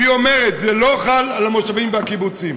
ואומרת: זה לא חל על המושבים והקיבוצים.